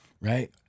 Right